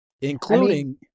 including